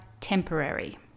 temporary